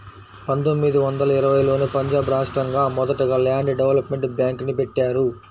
పందొమ్మిది వందల ఇరవైలోనే పంజాబ్ రాష్టంలో మొదటగా ల్యాండ్ డెవలప్మెంట్ బ్యేంక్ని బెట్టారు